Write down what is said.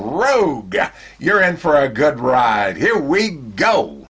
road you're in for a good ride here we go